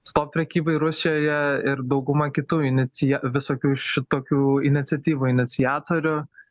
stop prekybai rusijoje ir dauguma kitų inicia visokių šitokių iniciatyvų iniciatorių